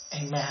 Amen